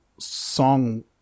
song